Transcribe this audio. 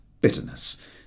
bitterness